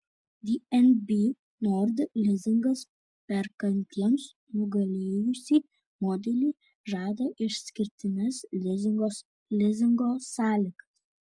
dnb nord lizingas perkantiems nugalėjusį modelį žada išskirtines lizingo sąlygas